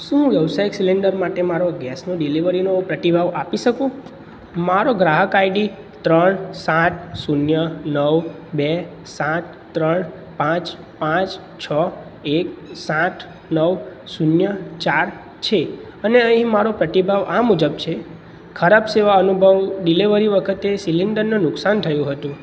શું વ્યાવસાયિક સિલિન્ડર માટે મારો ગેસનો ડિલિવરીનો પ્રતિભાવ આપી શકું મારો ગ્રાહક આઈડી ત્રણ સાત શૂન્ય નવ બે સાત ત્રણ પાંચ પાંચ છ એક સાત નવ શૂન્ય ચાર છે અને અહીં મારો પ્રતિભાવ આ મુજબ છે ખરાબ સેવા અનુભવ ડિલેવરી વખતે સિલિન્ડરને નુકસાન થયું હતું